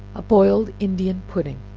a boiled indian pudding.